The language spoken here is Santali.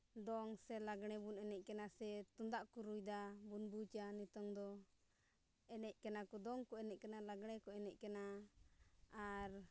ᱫᱚᱝ ᱥᱮ ᱞᱟᱜᱽᱬᱮ ᱵᱚᱱ ᱮᱱᱮᱡ ᱠᱟᱱᱟ ᱥᱮ ᱛᱩᱢᱫᱟᱜ ᱠᱚ ᱨᱩᱭᱫᱟ ᱵᱩᱡᱽᱼᱟ ᱱᱤᱛᱚᱝ ᱫᱚ ᱮᱱᱮᱡ ᱠᱟᱱᱟ ᱠᱚ ᱫᱚᱝ ᱠᱚ ᱮᱱᱮᱡ ᱠᱟᱱᱟ ᱞᱟᱜᱽᱬᱮ ᱠᱚ ᱮᱱᱮᱡ ᱠᱟᱱᱟ ᱟᱨ